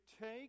take